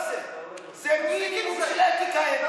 אתה יצאת מדעתך?